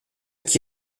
qui